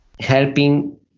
helping